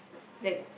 like